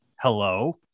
hello